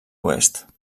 oest